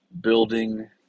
building